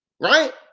right